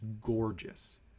gorgeous